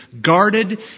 Guarded